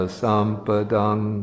sampadang